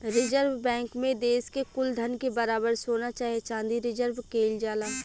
reserve bank मे देश के कुल धन के बराबर सोना चाहे चाँदी रिजर्व केइल जाला